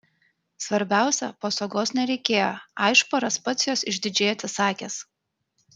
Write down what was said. svarbiausia pasogos nereikėjo aišparas pats jos išdidžiai atsisakęs